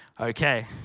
Okay